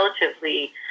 relatively